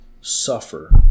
suffer